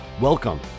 Welcome